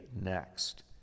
next